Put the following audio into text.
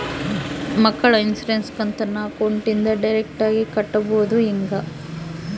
ಮಕ್ಕಳ ಇನ್ಸುರೆನ್ಸ್ ಕಂತನ್ನ ಅಕೌಂಟಿಂದ ಡೈರೆಕ್ಟಾಗಿ ಕಟ್ಟೋದು ಹೆಂಗ?